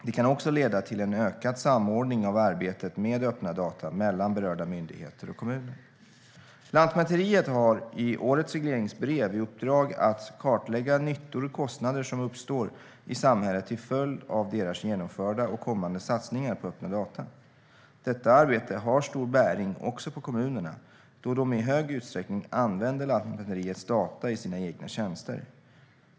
Det kan också leda till en ökad samordning av arbetet med öppna data mellan berörda myndigheter och kommuner. Lantmäteriet har i årets regleringsbrev fått i uppdrag att kartlägga nyttor och kostnader som uppstår i samhället till följd av myndighetens genomförda och kommande satsningar på öppna data. Detta arbete har stor bäring också på kommunerna då de i hög utsträckning använder Lantmäteriets data i sina egna tjänster.